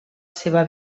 seva